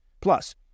Plus